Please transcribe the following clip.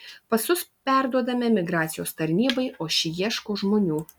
pasus perduodame migracijos tarnybai o ši ieško žmonių